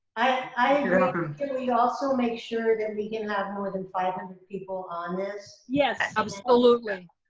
i agree, can we also make sure that we can have more than five hundred people on this? yes, absolutely.